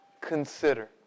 consider